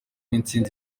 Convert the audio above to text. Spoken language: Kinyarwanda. intsinzi